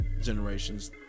generation's